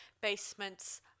basement's